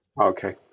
okay